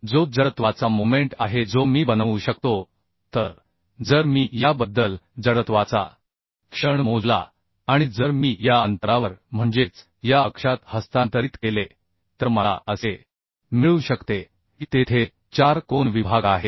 जो जडत्वाचा मोमेंट आहे जो मी बनवू शकतो तर जर मी याबद्दल जडत्वाचा क्षण मोजला आणि जर मी या अंतरावर म्हणजेच या अक्षात हस्तांतरित केले तर मला असे मिळू शकते की तेथे चार कोन विभाग आहेत